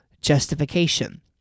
justification